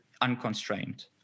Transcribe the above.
unconstrained